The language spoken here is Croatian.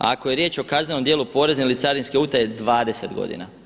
A ako je riječ o kaznenom djelu porezne ili carinske utaje 20 godina.